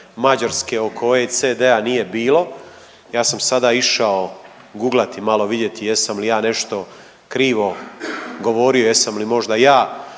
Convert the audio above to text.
mađarske oko OECD-a nije bilo. Ja sam sada išao googlati, malo vidjeti jesam li ja nešto krivo govorio, jesam li možda ja